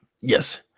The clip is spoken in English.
Yes